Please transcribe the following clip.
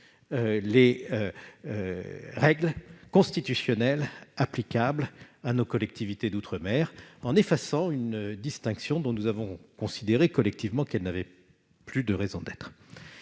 les règles constitutionnelles applicables à nos collectivités d'outre-mer en effaçant une distinction dont nous avons considéré collectivement qu'elle n'avait plus de raison d'être